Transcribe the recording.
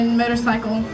motorcycle